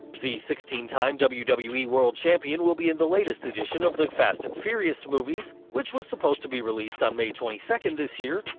the sixteen time wwe wwe world champion will be in the latest edition of the fast and furious movies, which was supposed to be released on may twenty second this year,